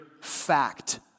fact